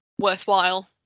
worthwhile